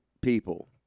people